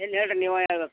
ಏನು ಹೇಳಿರಿ ನೀವೇ ಹೇಳ್ಬೇಕು